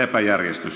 kiitos